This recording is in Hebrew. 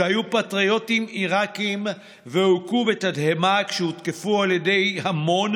שהיו פטריוטים עיראקים והוכו בתדהמה כשהותקפו על ידי המון,